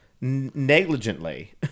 negligently